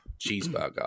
cheeseburger